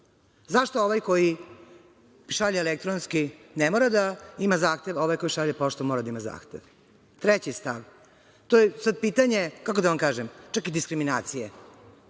Zašto ovaj koji šalje elektronski ne mora da ima zahtev, a ovaj koji šalje poštom mora da ima zahtev? To je pitanje, kako da vam kažem, čak i diskriminacije,